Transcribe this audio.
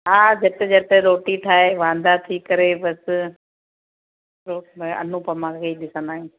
हा झट झट रोटी ठाहे वांदा थी करे बसि रोज में अनुपमा वेही ॾिसंदा आहियूं